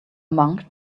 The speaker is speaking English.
monk